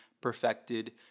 perfected